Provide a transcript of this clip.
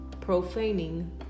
profaning